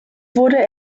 wurde